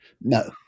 No